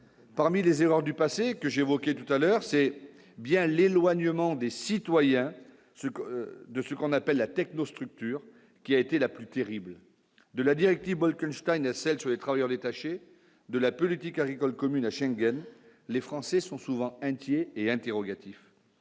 parmi les erreurs du passé que j'évoquais tout à l'heure, c'est bien l'éloignement des citoyens ce que, de ce qu'on appelle la technostructure qui a été la plus terribles de la directive Bolkestein sur les travailleurs détachés de la politique agricole commune à Schengen, les Français sont souvent inquiets et interrogatif